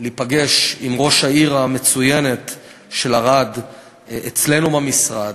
להיפגש עם ראש העיר המצוינת של ערד אצלנו במשרד.